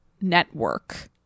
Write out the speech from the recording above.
network